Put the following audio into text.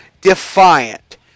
Defiant